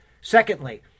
Secondly